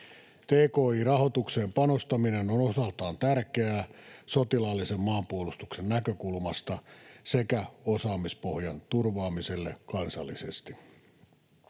Tki-rahoitukseen panostaminen on osaltaan tärkeää sotilaallisen maanpuolustuksen näkökulmasta sekä osaamispohjan turvaamiselle kansallisesti.